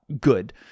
good